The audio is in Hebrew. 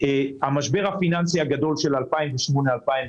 המשבר הפיננסי הגדול של 2008 2009,